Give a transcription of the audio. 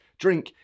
drink